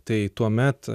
tai tuomet